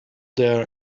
their